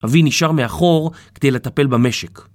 אבי נשאר מאחור כדי לטפל במשק.